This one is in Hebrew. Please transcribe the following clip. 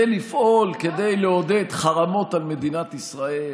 בלפעול כדי לעודד חרמות על מדינת ישראל,